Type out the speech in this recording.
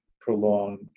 prolonged